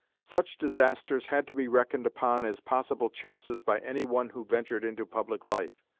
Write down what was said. such disasters had to be reckoned upon as possible chances by any one who ventured into public life.